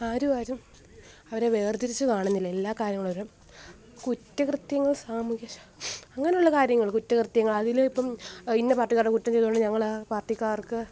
ആരുവാരും അവരെ വേർതിരിച്ച് കാണുന്നില്ല എല്ലാ കാര്യങ്ങളുമതെ കുറ്റകൃത്യങ്ങൾ സാമൂഹ്യശ അങ്ങനുള്ള കാര്യങ്ങൾ കുറ്റകൃത്യങ്ങൾ അതിലേയിപ്പം ഇന്ന പാർട്ടിക്കാരുടെ കുറ്റം ചെയ്തോണ്ട് ഞങ്ങളാ പാർട്ടിക്കാർക്ക്